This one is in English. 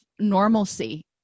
normalcy